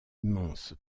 immense